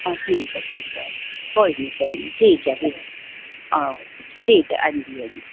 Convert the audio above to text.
हां ठीक ऐ ठीक ऐ कोई नी कोई नी ठीक ऐ फिर आहो ठीक ऐ हां जी हां जी